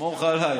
סמוך עליי.